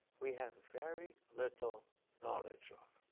we have very little knowledge of